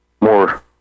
more